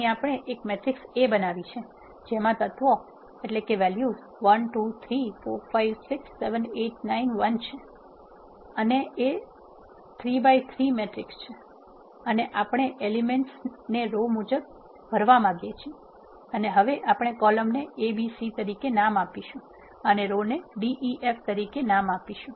અહીં આપણે એક મેટ્રિક્સ A બનાવ્યું છે જેમાં તત્વો 1 2 3 4 5 6 8 9 1 છે અને તે A 3 by 3 મેટ્રિક્સ છે અને આપણે એલિમેન્ટ્સ ને રો મુજબ ભરવા માંગીએ છીએ અને હવે આપણે કોલમ ને a b c તરીકે નામ આપશુ અને રો ને d e f નામ આપશુ